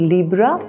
Libra